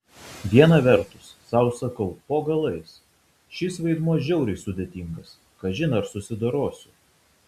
viena vertus sau sakau po galais šis vaidmuo žiauriai sudėtingas kažin ar susidorosiu